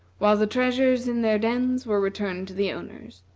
while the treasures in their dens were returned to the owners,